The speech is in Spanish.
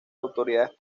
autoridades